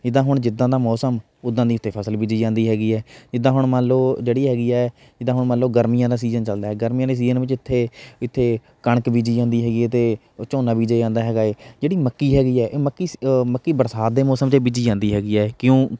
ਜਿੱਦਾਂ ਹੁਣ ਜਿੱਦਾਂ ਦਾ ਮੌਸਮ ਉੱਦਾਂ ਦੀ ਇੱਥੇ ਫਸਲ ਬੀਜੀ ਜਾਂਦੀ ਹੈਗੀ ਹੈ ਜਿੱਦਾਂ ਹੁਣ ਮੰਨ ਲਓ ਜਿਹੜੀ ਇਹ ਹੈਗੀ ਹੈ ਜਿੱਦਾਂ ਹੁਣ ਮੰਨ ਲਓ ਗਰਮੀਆਂ ਦਾ ਸੀਜ਼ਨ ਚੱਲਦਾ ਗਰਮੀਆਂ ਦੇ ਸੀਜ਼ਨ ਵਿੱਚ ਇੱਥੇ ਇੱਥੇ ਕਣਕ ਬੀਜੀ ਜਾਂਦੀ ਹੈਗੀ ਅਤੇ ਝੋਨਾ ਬੀਜਿਆ ਜਾਂਦਾ ਹੈਗਾ ਹੈ ਜਿਹੜੀ ਮੱਕੀ ਹੈਗੀ ਹੈ ਇਹ ਮੱਕੀ ਮੱਕੀ ਬਰਸਾਤ ਦੇ ਮੌਸਮ 'ਚ ਬੀਜੀ ਜਾਂਦੀ ਹੈਗੀ ਹੈ ਕਿਉਂ